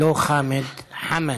לא חַמֵד, חַמַד.